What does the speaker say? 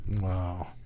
Wow